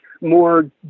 more